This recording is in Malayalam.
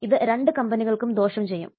ഇത് രണ്ട് കമ്പനികൾക്കും ദോഷം ചെയ്യും